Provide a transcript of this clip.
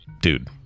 dude